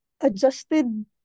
adjusted